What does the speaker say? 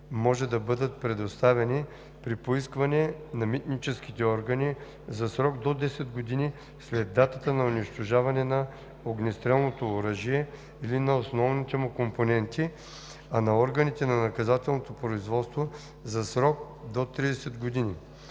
може да бъдат предоставени при поискване на митническите органи за срок до 10 години след датата на унищожаване на огнестрелното оръжие или на основните му компоненти, а на органите на наказателното производство – за срок до 30 години.“